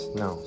no